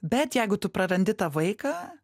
bet jeigu tu prarandi tą vaiką